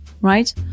right